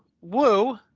Woo